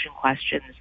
questions